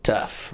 Tough